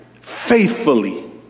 faithfully